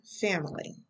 family